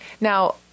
now